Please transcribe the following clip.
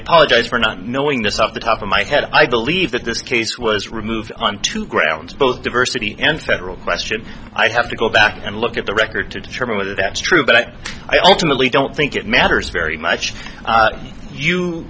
apologize for not knowing this off the top of my head i believe that this case was removed on two grounds both diversity and federal question i have to go back and look at the record to determine whether that's true but i don't really don't think it matters very much